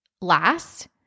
Last